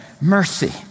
mercy